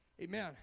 Amen